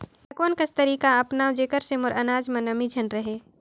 मैं कोन कस तरीका अपनाओं जेकर से मोर अनाज म नमी झन रहे?